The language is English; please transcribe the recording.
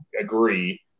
agree